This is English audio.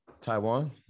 Taiwan